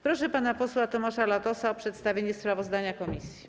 Proszę pana posła Tomasza Latosa o przedstawienie sprawozdania komisji.